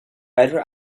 better